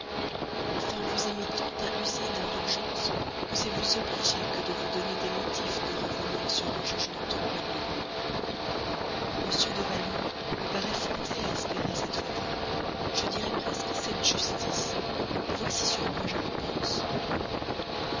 enfin vous aimez tant à user d'indulgence que c'est vous obliger que de vous donner des motifs de revenir sur un jugement rigoureux m de valmont me paraît fondé à espérer cette faveur je dirais presque cette justice de votre part voici sur quoi je le pense